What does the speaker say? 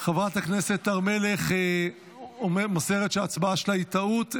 חברת הכנסת הר מלך מוסרת שההצבעה שלה היא טעות.